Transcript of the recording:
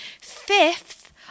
Fifth